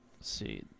see